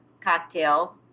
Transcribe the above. cocktail